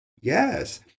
Yes